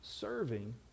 Serving